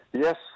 Yes